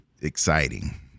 exciting